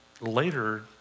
later